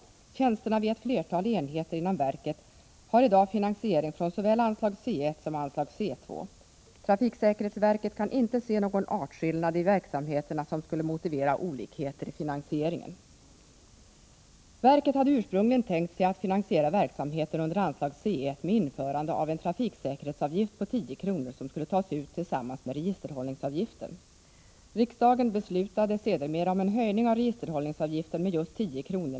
Tjänsterna vid ett flertal enheter inom verket har i dag finansiering från såväl anslag C1 som anslag C2.” Trafiksäkerhetsverket kan inte se någon artskillnad i verksamheterna som skulle motivera olikheter i finansieringen.” Verket hade ursprungligen tänkt sig att finansiera verksamheten under anslag C1 med införande av en ”trafiksäkerhetsavgift” på 10 kr., som skulle tas ut tillsammans med registerhållningsavgiften. Riksdagen beslutade sedermera om en höjning av registerhållningsavgifter med just 10 kr.